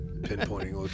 Pinpointing